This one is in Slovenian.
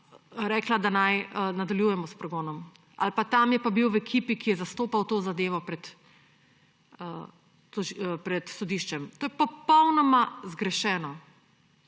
rekla, da naj nadaljujemo s pregonom, ali pa, tam je pa bil v ekipi, ki je zastopala to zadevo pred sodiščem. To je popolnoma zgrešeno.